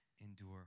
endure